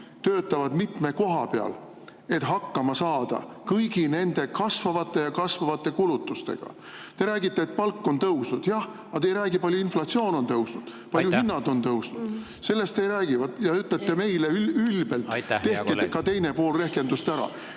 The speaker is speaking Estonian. töötavad mitme koha peal, et hakkama saada kõigi nende kasvavate ja kasvavate kulutustega? Te räägite, et palgad on tõusnud. Jah, aga te ei räägi, kui palju inflatsioon on tõusnud, kui palju hinnad on tõusnud. Aitäh, hea kolleeg! Sellest te ei räägi ja ütlete meile ülbelt, et tehke ka teine pool rehkendusest ära.